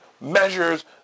measures